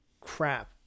crap